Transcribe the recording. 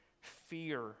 fear